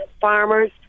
farmers